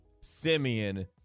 Simeon